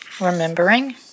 remembering